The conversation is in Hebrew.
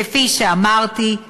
וכפי שאמרתי,